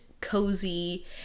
cozy